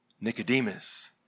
Nicodemus